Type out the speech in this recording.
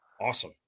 awesome